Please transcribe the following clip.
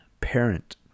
parent